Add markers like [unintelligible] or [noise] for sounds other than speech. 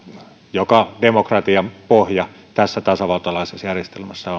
joka on demokratian pohja tässä tasavaltalaisessa järjestelmässä [unintelligible]